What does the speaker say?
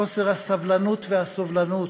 חוסר הסבלנות והסובלנות,